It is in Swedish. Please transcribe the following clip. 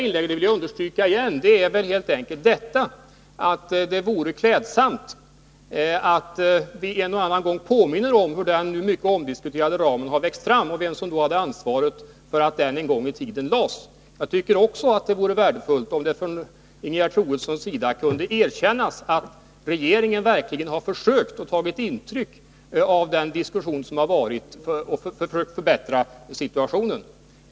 Jag vill understryka vad jag sade i mina tidigare inlägg, nämligen att det vore klädsamt av Ingegerd Troedsson att tala om vem som hade ansvaret för att den här så omdiskuterade ramen växte fram. Det vore värdefullt om Ingegerd Troedsson kunde erkänna att regeringen verkligen har tagit intryck av den diskussion som har förts och försökt förbättra situationen.